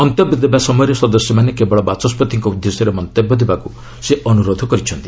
ମନ୍ତବ୍ୟ ଦେବା ସମୟରେ ସଦସ୍ୟମାନେ କେବଳ ବାଚସ୍କତିଙ୍କ ଉଦ୍ଦେଶ୍ୟରେ ମନ୍ତବ୍ୟ ଦେବାକୁ ସେ ଅନୁରୋଧ କରିଛନ୍ତି